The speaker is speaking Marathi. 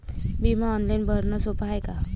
बिमा ऑनलाईन भरनं सोप हाय का?